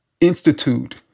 institute